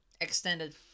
extended